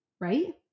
right